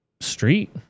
street